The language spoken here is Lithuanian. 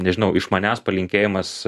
nežinau iš manęs palinkėjimas